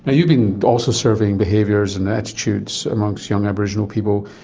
ah you've been also surveying behaviours and attitudes amongst young aboriginal people.